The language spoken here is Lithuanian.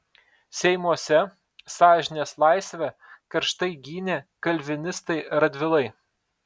seimuose sąžinės laisvę karštai gynė kalvinistai radvilai